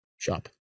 shop